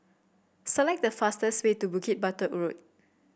select the fastest way to Bukit Batok Road